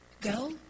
Go